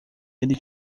ele